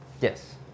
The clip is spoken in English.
Yes